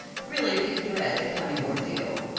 really did dread the coming ordeal.